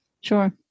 Sure